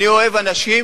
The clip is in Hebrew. אני אוהב אנשים